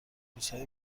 روزهای